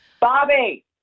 Bobby